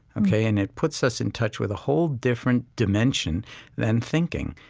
ok? and it puts us in touch with a whole different dimension than thinking.